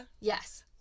Yes